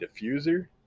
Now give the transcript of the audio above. diffuser